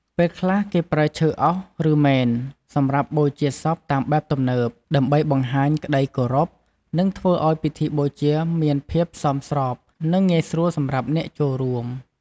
ពេលខ្លះ គេប្រើឈើអុស ឬមេន សម្រាប់បូជាសពតាមបែបទំនើប ដើម្បីបង្ហាញក្តីគោរព និងធ្វើអោយពិធីបូជាមានភាពសមស្រប និងងាយស្រួលសម្រាប់អ្នកចូលរួម។